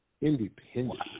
Independent